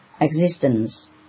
existence